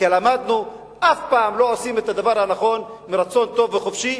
כבר למדנו שאף פעם לא עושים את הדבר הנכון מרצון טוב וחופשי,